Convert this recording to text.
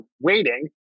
waiting